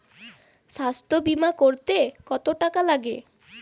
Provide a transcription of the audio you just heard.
স্বাস্থ্যবীমা করতে কত টাকা লাগে?